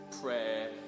prayer